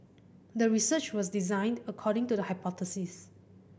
the research was designed according to the hypothesis